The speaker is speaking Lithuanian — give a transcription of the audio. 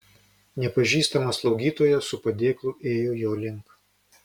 nepažįstama slaugytoja su padėklu ėjo jo link